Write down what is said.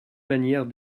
manière